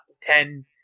Ten